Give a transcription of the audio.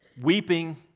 weeping